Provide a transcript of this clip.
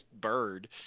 bird